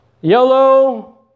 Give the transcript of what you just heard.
yellow